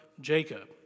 Jacob